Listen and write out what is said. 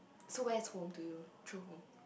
so where's home to you true home